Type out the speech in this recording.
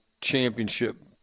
championship